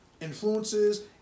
influences